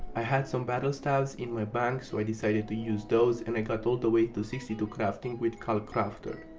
i had some battlestaffs in my bank so i decided to use those and i got all the way to sixty two crafting with khal crafter.